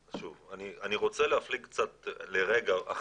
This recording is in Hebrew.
שוב, אני רוצה להפליג קצת לרגע.